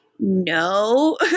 No